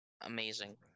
amazing